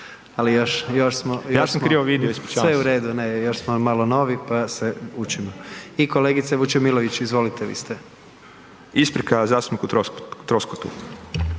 ne još smo malo novi, pa se učimo. I kolegice Vučemilović izvolite, vi ste. **Tomašević, Tomislav